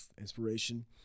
inspiration